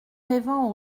rêvant